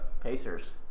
Pacers